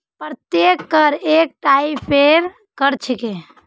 प्रत्यक्ष कर एक टाइपेर कर छिके